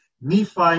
Nephi